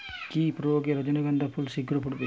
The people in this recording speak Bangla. কি প্রয়োগে রজনীগন্ধা ফুল শিঘ্র ফুটবে?